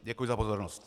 Děkuji za pozornost.